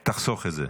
תחסוך את זה.